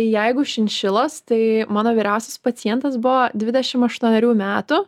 jeigu šinšilos tai mano vyriausias pacientas buvo dvidešim aštuonerių metų